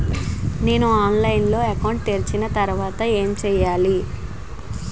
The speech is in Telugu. నేను ఆన్లైన్ లో అకౌంట్ తెరిచిన తర్వాత ఏం చేయాలి?